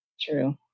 True